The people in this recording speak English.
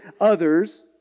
others